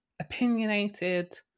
opinionated